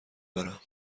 برم